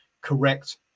correct